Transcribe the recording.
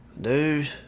Dude